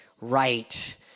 right